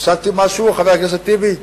הפסדתי משהו, חבר הכנסת טיבי?